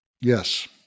Yes